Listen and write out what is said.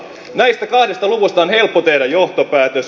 näistä kahdesta luvusta on helppo tehdä johtopäätös